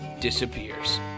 disappears